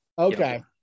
Okay